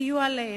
הסיוע להם,